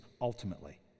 ultimately